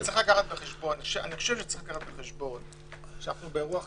צריך לקחת בחשבון שאנחנו באירוע חריג.